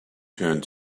turned